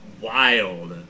Wild